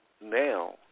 now